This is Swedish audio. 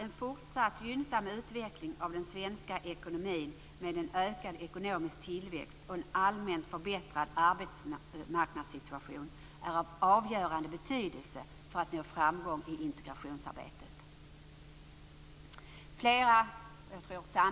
En fortsatt gynnsam utveckling av den svenska ekonomin med en ökad ekonomisk tillväxt och en allmänt förbättrad arbetsmarknadssituation är av avgörande betydelse för att vi skall nå framgång i integrationsarbetet. Flera - jag tror samtliga